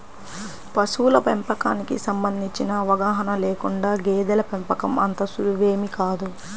పశువుల పెంపకానికి సంబంధించిన అవగాహన లేకుండా గేదెల పెంపకం అంత సులువేమీ కాదు